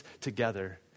together